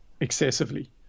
excessively